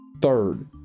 Third